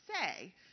say